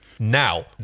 Now